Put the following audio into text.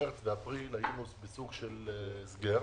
מרץ ואפריל היינו בסוג של הסגר,